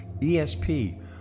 ESP